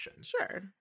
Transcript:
Sure